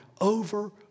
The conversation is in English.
over